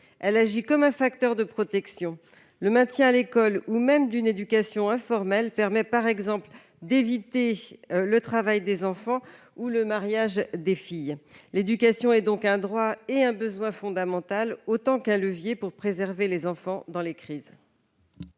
Elle agit comme un facteur de protection : le maintien à l'école ou même la préservation d'une éducation informelle permettent, par exemple, d'éviter le travail des enfants ou le mariage des filles. L'éducation est donc un droit et un besoin fondamental, autant qu'un levier pour préserver les enfants dans les crises.